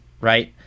right